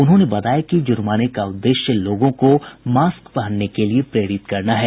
उन्होंने बताया कि जुर्माने का उद्देश्य लोगों को मास्क पहनने के लिए प्रेरित करना है